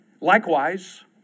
Likewise